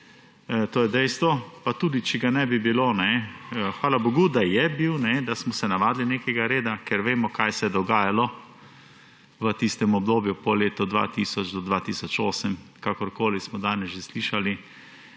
to je dejstvo, pa tudi če ga ne bi bilo – hvala bogu, da je bilo, da smo se navadili nekega reda, ker vemo, kaj se je dogajalo v tistem obdobju po letu 2000 do 2008. Kakorkoli, danes smo že slišali,